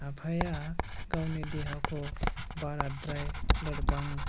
आफाया गावनि देहाखौ बाराद्राय लोरबां